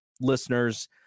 listeners